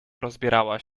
rozbierała